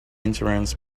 insurance